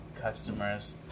customers